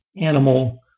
animal